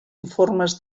informes